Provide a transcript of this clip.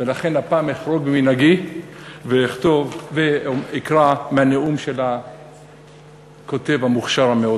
ולכן הפעם אחרוג ממנהגי ואקרא מהנאום של הכותב המאוד מוכשר: